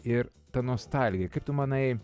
ir ta nostalgija kaip tu manai